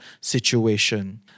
situation